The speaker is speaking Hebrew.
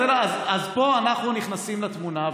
אז פה אנחנו נכנסים לתמונה.